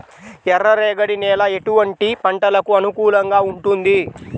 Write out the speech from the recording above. ఎర్ర రేగడి నేల ఎటువంటి పంటలకు అనుకూలంగా ఉంటుంది?